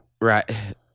Right